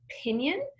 opinion